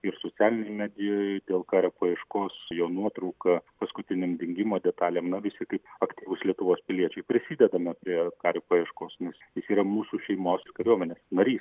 ir socialinėj medijoj dėl kario paieškos jo nuotrauka paskutinėm dingimo detalėm na visi kaip aktyvūs lietuvos piliečiai prisidedame prie kario paieškos nes jis yra mūsų šeimos kariuomenės narys